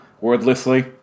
wordlessly